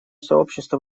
сообщество